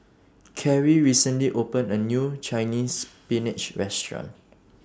Cary recently opened A New Chinese Spinach Restaurant